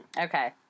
okay